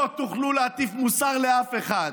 לא תוכלו להטיף מוסר לאף אחד.